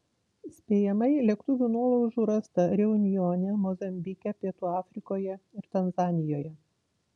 spėjamai lėktuvų nuolaužų rasta reunjone mozambike pietų afrikoje ir tanzanijoje